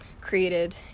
created